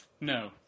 No